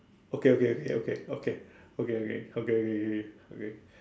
okay okay okay okay okay okay okay okay okay okay okay okay okay okay